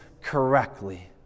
correctly